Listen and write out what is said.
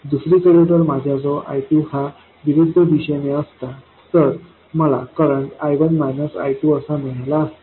दुसरीकडे जर माझ्याजवळ I2 हा विरुद्ध दिशेने असता तर मला करंट I1 I2 असा मिळाला असता